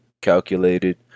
calculated